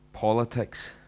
politics